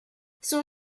son